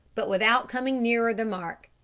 but without coming nearer the mark.